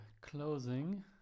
closing